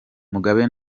mugabe